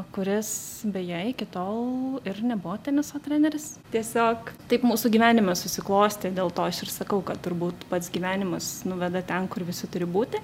kuris beje iki tol ir nebuvo teniso treneris tiesiog taip mūsų gyvenime susiklostė dėl to aš ir sakau kad turbūt pats gyvenimas nuveda ten kur visi turi būti